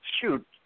Shoot